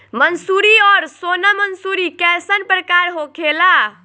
मंसूरी और सोनम मंसूरी कैसन प्रकार होखे ला?